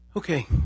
Okay